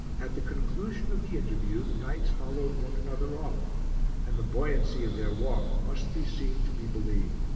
at the conclusion of the interview the knights followed one another off and the buoyancy of their walk must be seen to be believed.